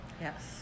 Yes